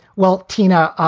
well, tina,